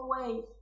away